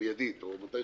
צריך